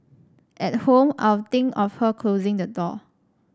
at home I'd think of her closing the door